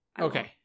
Okay